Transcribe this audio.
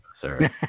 sir